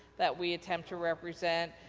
that we attempt to represent,